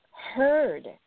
heard